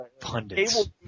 pundits